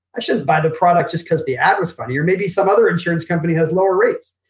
i shouldn't buy the product just because the ad was funny. or maybe some other insurance company has lower rates.